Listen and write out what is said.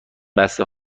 بسته